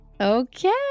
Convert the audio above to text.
Okay